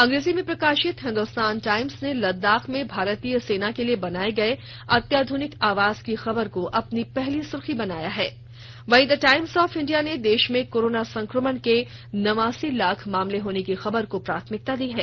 अंग्रेजी में प्रकाशित हिंदुस्तान टाइम्स ने लद्दाख में भारतीय सेना के लिए बनाये गये अत्याधुनिक आवास की खबर को अपनी पहली सुर्खी बनाया है वहीं द टाइम्स ऑफ इंडिया ने देश में कोरोना संक्रमण के नवासी लाख मामले होने की खबर को प्राथमिकता दी है